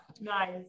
Nice